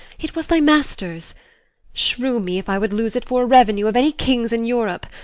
it was thy master's shrew me, if i would lose it for a revenue of any king's in europe!